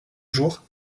jour